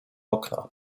okna